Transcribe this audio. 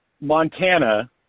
Montana